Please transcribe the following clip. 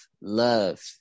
love